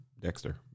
Dexter